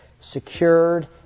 secured